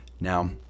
Now